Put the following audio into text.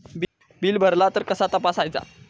Bill भरला तर कसा तपसायचा?